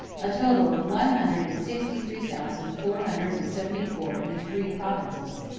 a total of one hundred and sixty three thousand four hundred and seventy four in the three provinces.